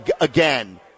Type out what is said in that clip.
again